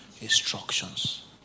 Instructions